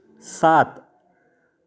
सात